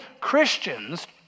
Christians